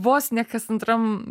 vos ne kas antram